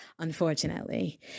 unfortunately